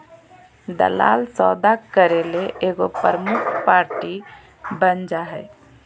दलाल सौदा करे ले एगो प्रमुख पार्टी बन जा हइ